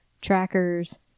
trackers